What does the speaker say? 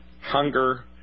hunger